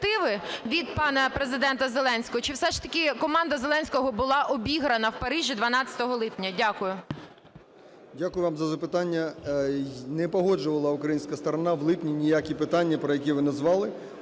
від пана Президента Зеленського, чи все ж таки команда Зеленського була обіграна в Парижі 12 липня? Дякую. 11:11:35 ПРИСТАЙКО В.В. Дякую вам за запитання. Не погоджувала українська сторона в липні ніякі питання, про які ви назвали.